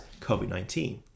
COVID-19